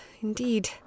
indeed